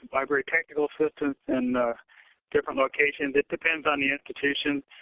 library technical assistants, in different locations. it depends on the institution.